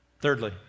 Thirdly